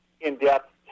in-depth